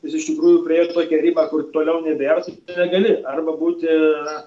jis iš tikrųjų priėjo tokią ribą kur toliau nebėr negali arba būti